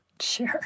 Sure